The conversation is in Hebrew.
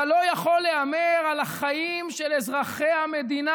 אתה לא יכול להמר על החיים של אזרחי המדינה,